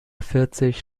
vierzig